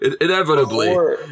Inevitably